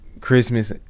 Christmas